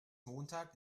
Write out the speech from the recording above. montag